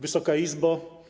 Wysoka Izbo!